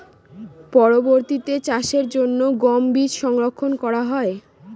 পরবর্তিতে চাষের জন্য গম বীজ সংরক্ষন করা হয়?